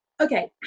okay